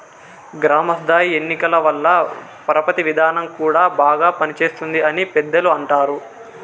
గ్రామ స్థాయి ఎన్నికల వల్ల పరపతి విధానం కూడా బాగా పనిచేస్తుంది అని పెద్దలు అంటారు